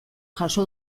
jaso